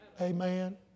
Amen